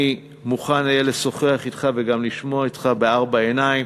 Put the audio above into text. אני אהיה מוכן לשוחח אתך וגם לשמוע אותך בארבע עיניים.